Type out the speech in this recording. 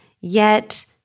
yet-